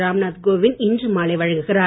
ராம்நாத் கோவிந்த் இன்று மாலை வழங்குகிறார்